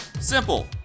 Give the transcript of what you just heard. simple